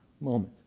moment